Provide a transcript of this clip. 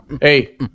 Hey